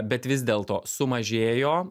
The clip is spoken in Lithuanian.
bet vis dėl to sumažėjo